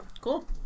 Cool